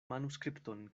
manuskripton